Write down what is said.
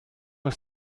ist